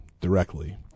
Directly